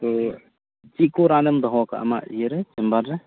ᱛᱚ ᱪᱮᱫ ᱠᱚ ᱨᱟᱱᱮᱢ ᱫᱚᱦᱚᱣ ᱠᱟᱜᱼᱟ ᱟᱢᱟᱜ ᱤᱭᱟᱹ ᱨᱮ ᱪᱮᱢᱵᱟᱨ ᱨᱮ